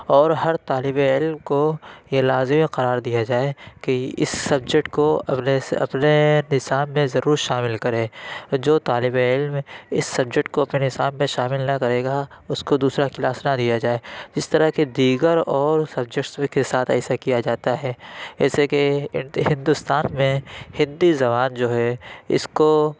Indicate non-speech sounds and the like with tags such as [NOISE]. اور ہر طالبِ علم کو یہ لازمی قرار دیا جائے کہ اِس سبجیکٹ کو اپنے اپنے نصاب میں ضرور شامل کرے اور جو طالب علم اِس سبجیکٹ کو اپنے نصاب میں شامل نہ کرے گا اُس کو دوسرا کلاس نہ دیا جائے اِس طرح کے دیگر اور سبجیکٹس [UNINTELLIGIBLE] کے ساتھ ایسا کیا جاتا ہے ایسے کہ ہندوستان میں ہندی زبان جو ہے اِس کو